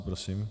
Prosím.